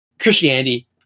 Christianity